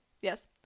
Yes